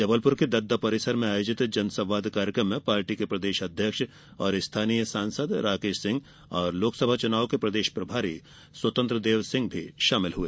जबलपुर के दददा परिसर में आयोजित जनसंवाद कार्यक्रम में पार्टी के प्रदेश अध्यक्ष और स्थानीय सांसद राकेश सिंह लोकसभा चुनाव के प्रदेश प्रभारी स्वतंत्रदेव सिंह शामिल हुए